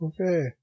okay